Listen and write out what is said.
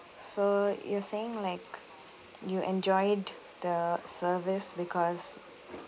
so you're saying like you enjoyed the service because